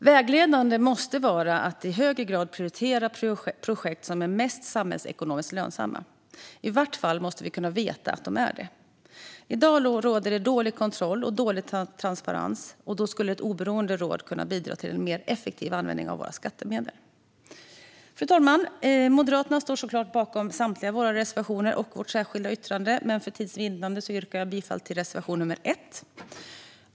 Vägledande måste vara att i högre grad prioritera de projekt som är mest samhällsekonomiskt lönsamma; i vart fall måste vi kunna veta att de är det. I dag råder det dålig kontroll och dålig transparens, och då skulle ett oberoende råd kunna bidra till en mer effektiv användning av våra skattemedel. Fru talman! Vi moderater står såklart bakom samtliga våra reservationer och vårt särskilda yttrande, men för tids vinnande yrkar jag bifall endast till reservation 1.